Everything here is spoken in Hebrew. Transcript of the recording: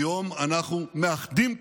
היום אנחנו מאחדים כוחות,